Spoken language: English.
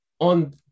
on